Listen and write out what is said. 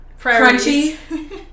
crunchy